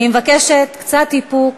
אני מבקשת קצת איפוק,